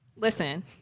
Listen